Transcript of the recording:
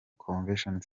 convention